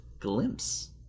glimpse